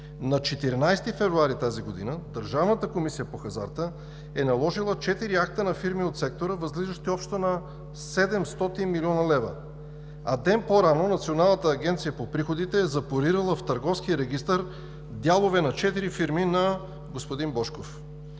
На 14 февруари тази година Държавната комисия по хазарта е наложила четири акта на фирми от сектора, възлизащи общо на 700 млн. лв., а ден по-рано Националната агенция по приходите е запорирала в Търговския регистър дялове на четири фирми на господин Божков.